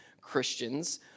Christians